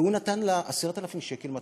והוא נתן לה 10,000 שקל מתנה.